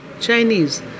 Chinese